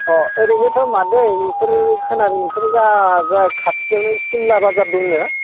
अह ओरैनोथ' मादै नोंसोरो खोनादों नोंसोरो जा जाय खाथियावनो सिमला बाजार दंनो